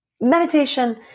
meditation